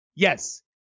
Yes